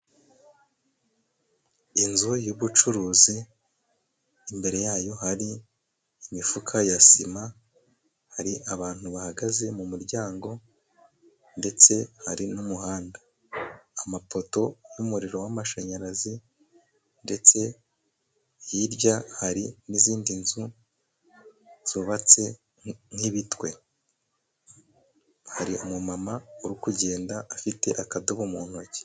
Inzu y'ubucuruzi imbere yayo hari imifuka ya sima hari abantu bahagaze mu muryango ndetse hari n'umuhanda, amapoto y'umuriro w'amashanyarazi ndetse hirya hari n'izindi nzu zubatse nk'ibitwe. Hari umumama uri kugenda afite akadobo mu ntoki.